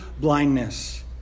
blindness